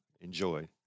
enjoy